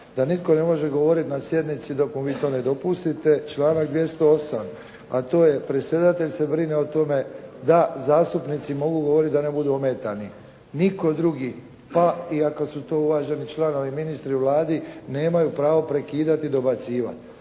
da nitko ne može govoriti na sjednici dok mu vi to ne dopustite. Članak 208. a to je: “Predsjedatelj se brine o tome da zastupnici mogu govoriti da ne budu ometani, nitko drugi, pa i ako su to uvaženi članovi ministri u Vladi nemaju pravo prekidati i dobacivati